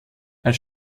als